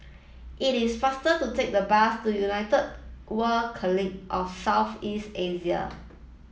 it is faster to take the bus to United World College of South East Asia